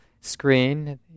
screen